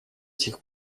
сих